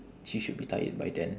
she should be tired by then